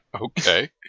okay